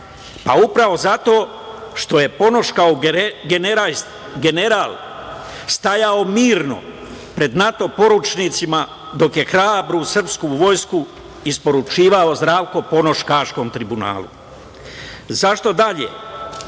Upravo zato što je Ponoš kao general stajao mirno pred NATO poručnicima dok je hrabru srpsku vojsku isporučivao Zdravko Ponoš Haškom tribunalu.Zašto dalje?